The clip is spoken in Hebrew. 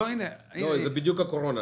אחרי הקורונה.